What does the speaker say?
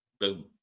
boom